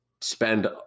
spend